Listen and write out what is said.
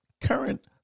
current